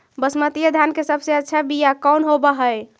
बसमतिया धान के सबसे अच्छा बीया कौन हौब हैं?